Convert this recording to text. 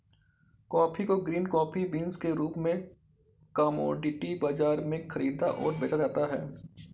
coffee को green coffee beans के रूप में कॉमोडिटी बाजारों में खरीदा और बेचा जाता है